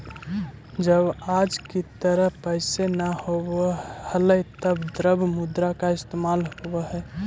जब आज की तरह पैसे न होवअ हलइ तब द्रव्य मुद्रा का इस्तेमाल होवअ हई